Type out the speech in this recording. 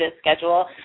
schedule